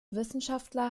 wissenschaftler